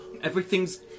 Everything's